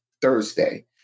Thursday